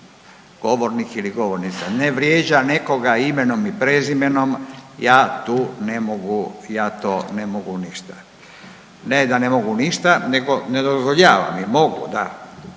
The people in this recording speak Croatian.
govornik ili govornica ne vrijeđa nekoga imenom i prezimenom ja tu ne mogu, ja to ne mogu ništa, ne da ne mogu ništa nego ne dozvoljavam jer mogu da,